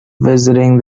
visiting